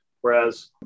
Whereas